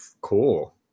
Cool